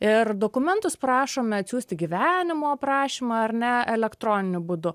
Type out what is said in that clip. ir dokumentus prašome atsiųsti gyvenimo aprašymą ar ne elektroniniu būdu